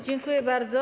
Dziękuję bardzo.